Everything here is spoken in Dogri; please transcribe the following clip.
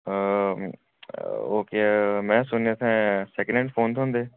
ओ केह् में सुनेआ इत्थै सैकन हैंड फोन थोंह्दे